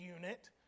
unit